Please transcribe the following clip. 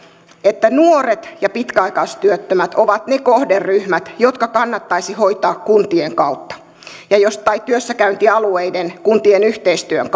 että nuoret ja pitkäaikaistyöttömät ovat ne kohderyhmät jotka kannattaisi hoitaa kuntien kautta tai työssäkäyntialueiden kuntien yhteistyön